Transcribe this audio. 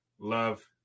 Love